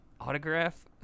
autograph